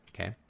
okay